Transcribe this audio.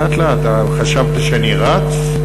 לאט-לאט, חשבת שאני רץ?